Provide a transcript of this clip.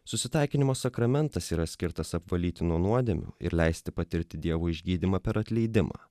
susitaikinimo sakramentas yra skirtas apvalyti nuo nuodėmių ir leisti patirti dievo išgydymą per atleidimą